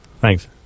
Thanks